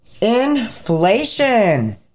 Inflation